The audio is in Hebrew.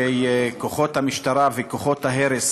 כשכוחות המשטרה וכוחות ההרס